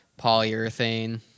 polyurethane